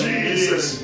Jesus